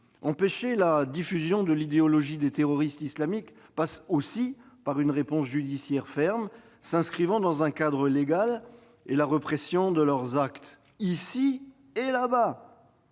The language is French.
Empêcher la diffusion de l'idéologie des terroristes islamistes passe aussi par une réponse judiciaire ferme s'inscrivant dans un cadre légal et par la répression de leurs actes ici et là-bas.